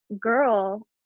girl